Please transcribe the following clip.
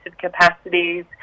capacities